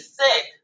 sick